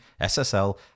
SSL